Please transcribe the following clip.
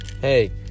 hey